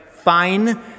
Fine